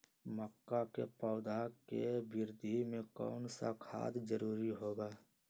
मक्का के पौधा के वृद्धि में कौन सा खाद जरूरी होगा?